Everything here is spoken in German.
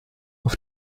auf